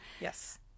Yes